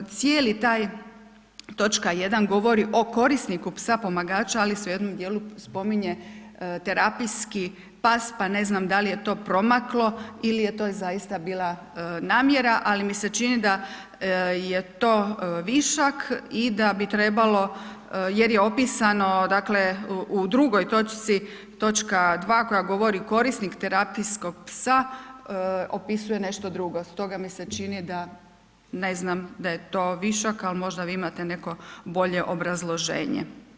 Cijeli taj, točka 1 govori o korisniku psa pomagača ali se u jednom dijelu spominje terapijski pas pa ne znam da li je to promaklo ili je to zaista bila namjera, ali mi se čini da je to višak i da bi trebalo jer je opisano dakle u 2 točci, točka 2 koja govori korisnik terapijskog psa opisuje nešto drugo, stoga mi se čini ne znam da je to višak, ali možda vi imate neko bolje obrazloženje.